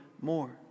more